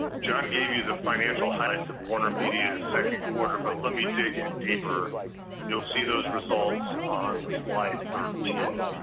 john gave you the financial highlights of warnermedia's second quarter, but let me dig in deeper and you'll see those results on slide thirteen.